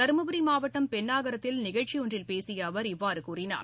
தரும்புரி மாவட்டம் பென்னாகரத்தில் நிகழ்ச்சி ஒன்றில் பேசிய அவர் இவ்வாறு கூறினார்